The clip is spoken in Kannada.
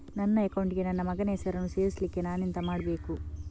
ನನ್ನ ಅಕೌಂಟ್ ಗೆ ನನ್ನ ಮಗನ ಹೆಸರನ್ನು ಸೇರಿಸ್ಲಿಕ್ಕೆ ನಾನೆಂತ ಮಾಡಬೇಕು?